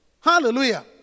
Hallelujah